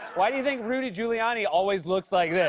why do you think rudy guiliani always looks like yeah